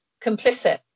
complicit